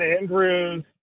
Andrews